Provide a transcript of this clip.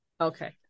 Okay